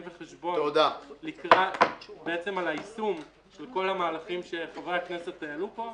וחשבון לקראת היישום של כל המהלכים שחברי הכנסת העלו פה,